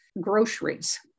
groceries